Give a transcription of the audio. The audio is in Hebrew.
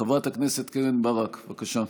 חברת הכנסת קרן ברק, בבקשה.